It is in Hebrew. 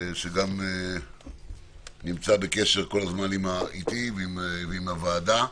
שגם נמצא בקשר כל הזמן איתי ועם הוועדה,